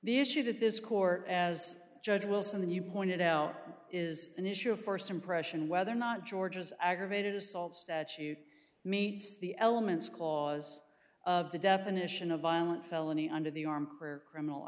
the issue that this court as judge wilson and you pointed out is an issue of first impression whether or not georgia's aggravated assault statute meets the elements clause of the definition of violent felony under the arm or criminal